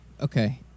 Okay